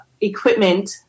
equipment